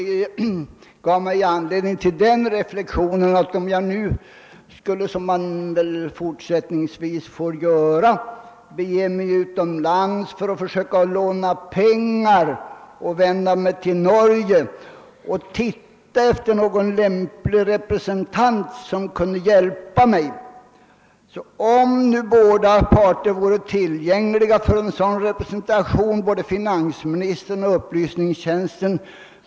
Det ger mig också anledning till en liten reflexion. Om jag, såsom man väl fortsättningsvis får göra, skulle vända mig till utlandet för att låna pengar och sökte efter någon som lämpligen kunde hjälpa mig med detta, skulle jag föredra upplysningstjänsten framför finansministern, om jag vore i tillfälle att få utnyttja bådas tjänster.